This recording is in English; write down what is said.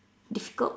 difficult